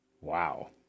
Wow